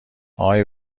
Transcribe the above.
اقای